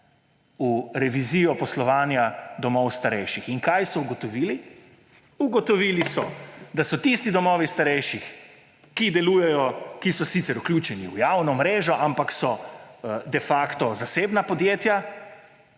v revizijo poslovanja domov starejših. In kaj so ugotovili? Ugotovili so, da so tisti domovi starejših, ki delujejo, ki so sicer vključeni v javno mrežo, ampak so de facto zasebna podjetja,